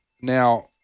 Now